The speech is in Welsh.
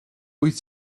wyt